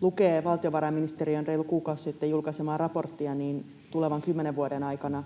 lukee valtiovarainministeriön reilu kuukausi sitten julkaisemaa raporttia, niin tulevan kymmenen vuoden aikana